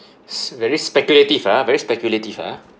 s~ very speculative ah very speculative ah